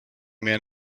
man